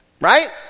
Right